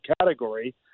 category